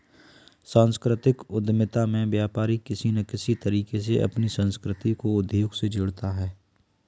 सांस्कृतिक उद्यमिता में व्यापारी किसी न किसी तरीके से अपनी संस्कृति को उद्योग से जोड़ते हैं